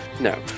No